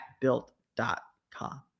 Built.com